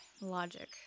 Logic